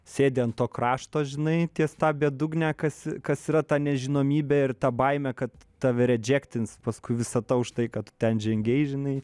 sėdi ant to krašto žinai ties ta bedugne kas kas yra ta nežinomybė ir ta baimė kad tave redžektins paskui visą tą už tai kad tu ten žengei žinai